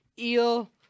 Eel